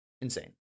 insane